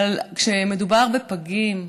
אבל כשמדובר בפגים,